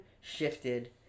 shifted